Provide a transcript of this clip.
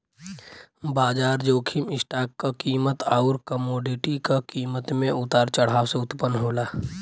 बाजार जोखिम स्टॉक क कीमत आउर कमोडिटी क कीमत में उतार चढ़ाव से उत्पन्न होला